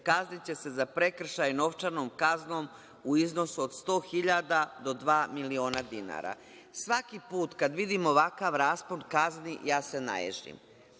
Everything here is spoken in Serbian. kazniće se za prekršaj novčanom kaznom u iznosu od 100 hiljada do dva miliona dinara. Svaki put kad vidim ovakav raspon kazni ja se naježim.